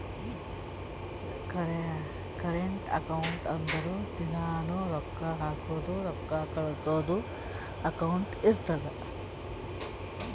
current account ಅಂದುರ್ ದಿನಾನೂ ರೊಕ್ಕಾ ಹಾಕದು ರೊಕ್ಕಾ ಕಳ್ಸದು ಅಕೌಂಟ್ ಇರ್ತುದ್